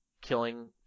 killing